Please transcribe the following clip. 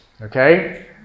okay